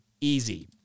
easy